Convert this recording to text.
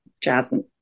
Jasmine